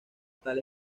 tal